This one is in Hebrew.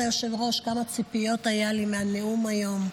כבוד היושב-ראש, כמה ציפיות היו לי מהנאום היום.